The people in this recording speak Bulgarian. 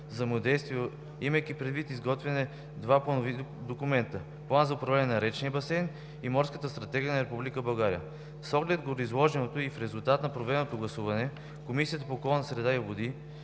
взаимодействие, имайки предвид изготвените два планови документа - План за управление на речния басейн и Морската стратегия на Република България. С оглед на гореизложеното и в резултат на проведеното гласуване, Комисията по околната среда и водите